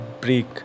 break